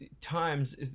times